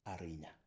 arena